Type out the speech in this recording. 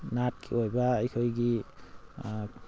ꯅꯥꯠꯀꯤ ꯑꯣꯏꯕ ꯑꯩꯈꯣꯏꯒꯤ